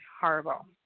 horrible